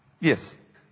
Yes